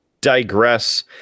digress